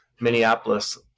Minneapolis